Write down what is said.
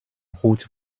hut